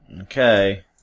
Okay